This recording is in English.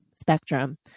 spectrum